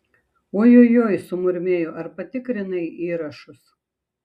ojojoi sumurmėjo ar patikrinai įrašus